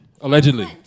Allegedly